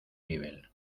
nivel